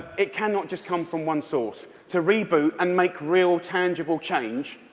it cannot just come from one source. to reboot and make real tangible change,